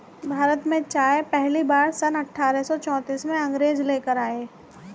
भारत में चाय पहली बार सन अठारह सौ चौतीस में अंग्रेज लेकर आए